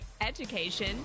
Education